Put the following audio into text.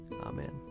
Amen